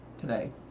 today